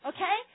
Okay